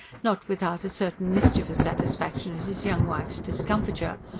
not without a certain mischievous satisfaction at his young wife's discomfiture.